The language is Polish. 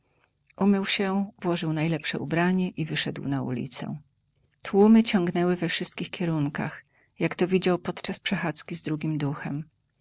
umył się włożył najlepsze ubranie i wyszedł na ulicę tłumy ciągnęły we wszystkich kierunkach jak to widział podczas przechadzki z drugim duchem